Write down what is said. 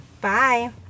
Bye